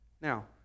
Now